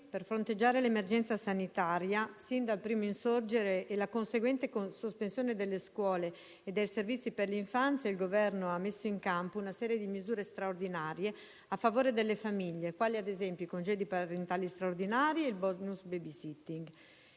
per fronteggiare l'emergenza sanitaria sin dal primo insorgere e la conseguente sospensione delle scuole e dei servizi per l'infanzia, il Governo ha messo in campo una serie di misure straordinarie a favore delle famiglie, quali ad esempio i congedi parentali straordinari e il *bonus baby sitting.*